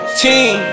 team